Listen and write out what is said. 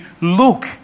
look